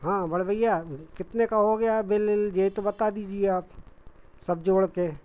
हाँ बड़े भैया कितने का हो गया है बिल ये तो बता दीजिए आप सब जोड़ कर